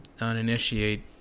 uninitiate